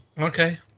Okay